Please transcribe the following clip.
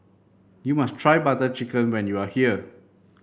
you must try Butter Chicken when you are here